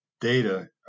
data